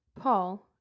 Paul